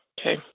Okay